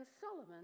Solomon